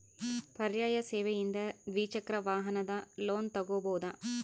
ಪರ್ಯಾಯ ಸೇವೆಯಿಂದ ದ್ವಿಚಕ್ರ ವಾಹನದ ಲೋನ್ ತಗೋಬಹುದಾ?